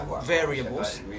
variables